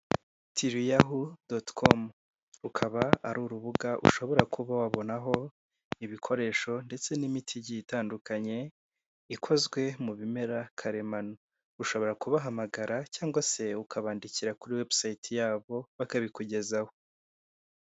Tryahu.com rukaba ari urubuga ushobora kuba wabonaho ibikoresho ndetse n'imiti igiye itandukanye ikozwe mu bimera karemano, ushobora kubahamagara cyangwa se ukabandikira kuri website yabo bakabikugezaho.